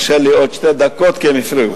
תרשה לי עוד שתי דקות, כי הם הפריעו לי.